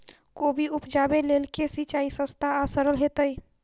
कोबी उपजाबे लेल केँ सिंचाई सस्ता आ सरल हेतइ?